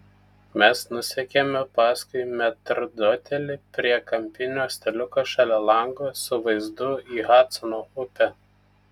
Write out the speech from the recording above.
mes nusekėme paskui metrdotelį prie kampinio staliuko šalia lango su vaizdu į hadsono upę